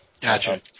Gotcha